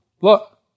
Look